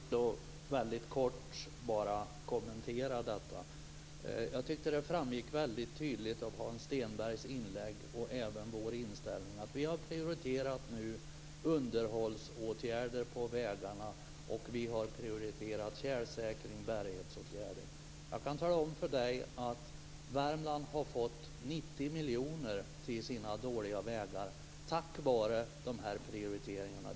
Fru talman! Jag vill bara väldigt kort kommentera detta. Jag tyckte att det framgick väldigt tydligt av Hans Stenbergs inlägg, och även vad gäller vår inställning, att vi nu har prioriterat underhållsåtgärder på vägarna. Vi har prioriterat tjälsäkring och bäringsåtgärder. Jag kan tala om att Värmland har fått 90 miljoner kronor till sina dåliga vägar tack vare de här prioriteringarna.